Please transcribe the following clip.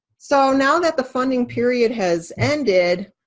so now that the funding period has ended,